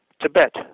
Tibet